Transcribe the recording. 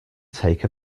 take